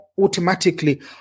automatically